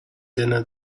dinner